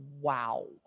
Wow